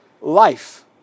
life